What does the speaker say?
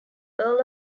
earl